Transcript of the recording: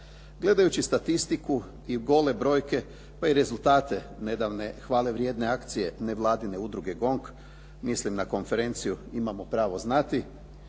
Gledajući statistiku i gole brojke, pa i rezultate nedavne hvale vrijedne akcije nevladine udruge "Gong", mislim na konferenciju "Imamo pravo znati"